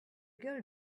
girl